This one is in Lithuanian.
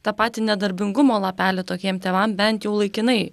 tą patį nedarbingumo lapelį tokiem tėvam bent jau laikinai